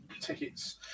tickets